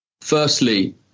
Firstly